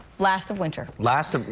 last of winter. last